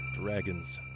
Dragon's